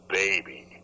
baby